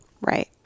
Right